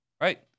right